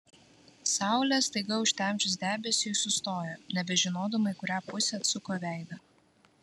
saulę staiga užtemdžius debesiui sustojo nebežinodama į kurią pusę atsuko veidą